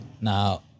now